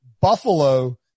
Buffalo